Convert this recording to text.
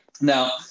Now